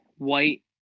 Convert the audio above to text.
white